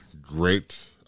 great